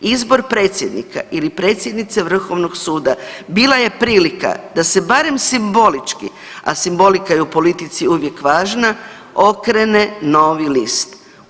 Izbor predsjednika ili predsjednice Vrhovnog suda bila je prilika da se barem simbolički, a simbolika je u politici uvijek važna, okrene novi list.